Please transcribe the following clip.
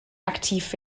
aktiv